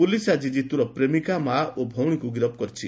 police ଆଜି ଜିତୁର ପ୍ରେମିକା ମାଆ ଓ ଭଉଶୀଙ୍କୁ ଗିରଫ କରିଛି